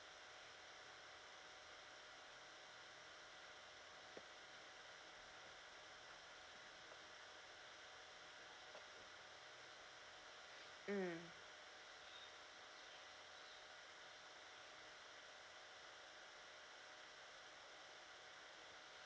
mm